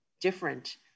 different